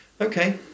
Okay